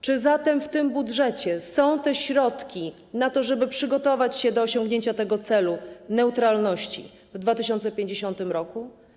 Czy zatem w tym budżecie są środki na to, żeby przygotować się do osiągnięcia tego celu, neutralności, w 2050 r.